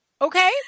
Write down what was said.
Okay